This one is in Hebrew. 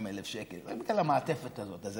40,000 שקל רק על המעטפת הזאת.